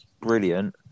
brilliant